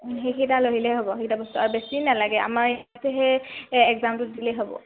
সেইকেইটা লৈ আহিলেই হ'ব সেইকেইটা বস্তু আৰু বেছি নালাগে আমাৰ ইয়াত সেই এক্সজামটোত দিলেই হ'ব